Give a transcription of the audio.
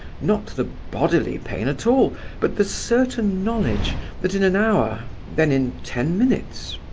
not the bodily pain at all but the certain knowledge that in an hour then in ten minutes,